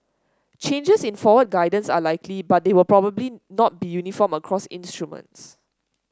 changes in forward guidance are likely but they will probably not be uniform across instruments